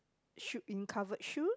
shoe in covered shoes